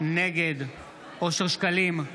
נגד אושר שקלים,